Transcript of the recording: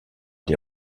des